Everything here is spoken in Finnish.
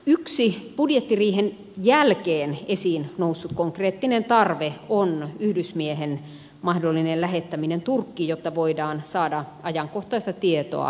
yksi budjettiriihen jälkeen esiin noussut konkreettinen tarve on yhdysmiehen mahdollinen lähettäminen turkkiin jotta voidaan saada ajankohtaista tietoa matkustamisesta taistelualueelle